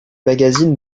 magazines